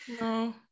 no